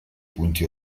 punti